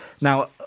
Now